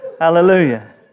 Hallelujah